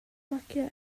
magiau